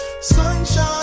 Sunshine